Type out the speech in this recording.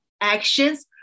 actions